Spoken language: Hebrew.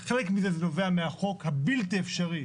חלק מזה נובע מהחוק הבלתי אפשרי